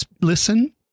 listen